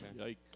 Yikes